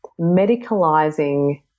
medicalizing